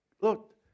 look